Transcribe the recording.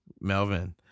Melvin